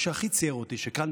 מה שהכי ציער אותי הוא שכאן,